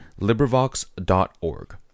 Librivox.org